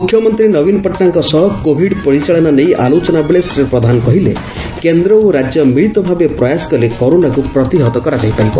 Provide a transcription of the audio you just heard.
ମୁଖ୍ୟମନ୍ତୀ ନବୀନ ପଟ୍ଟନାୟକଙ୍କ ସହ କୋଭିଡ୍ ପରିଚାଳନା ନେଇ ଆଲୋଚନାବେଳେ ଶ୍ରୀ ପ୍ରଧାନ କହିଲେ କେନ୍ଦ୍ ଓ ରାଜ୍ୟ ମିଳିତ ଭାବେ ପ୍ରୟାସ କଲେ କରୋନାକୁ ପ୍ରତିହତ କରାଯାଇପାରିବ